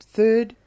third